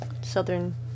Southern